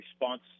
response